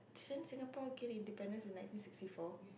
didn't Singapore gain independence in ninety sixty four